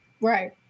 Right